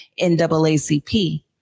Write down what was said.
NAACP